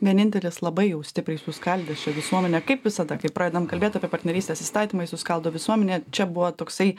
vienintelis labai jau stipriai suskaldęs čia visuomenę kaip visada kai pradedam kalbėt apie partnerystės įstatymą jis suskaldo visuomenę čia buvo toksai